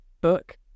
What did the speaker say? book